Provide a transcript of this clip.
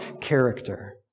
character